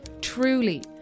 Truly